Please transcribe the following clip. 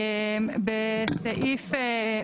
אוקיי.